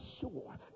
sure